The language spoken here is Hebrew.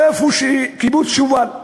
איפה שקיבוץ שובל.